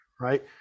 right